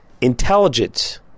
intelligence